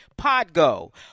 Podgo